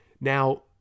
Now